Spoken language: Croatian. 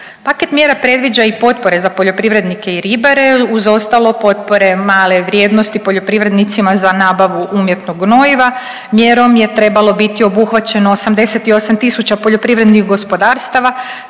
Paket mjera predviđa i potpore za poljoprivrednike i ribare uz ostalo potpore male vrijednosti poljoprivrednicima za nabavu umjetnog gnojiva. Mjerom je trebalo biti obuhvaćeno 88000 poljoprivrednih gospodarstava,